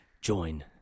Join